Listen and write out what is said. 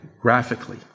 graphically